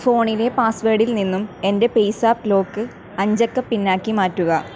ഫോണിലെ പാസ്വേഡിൽ നിന്നും എൻ്റെ പേയ്സാപ്പ് ലോക്ക് അഞ്ചക്ക പിൻ ആക്കി മാറ്റുക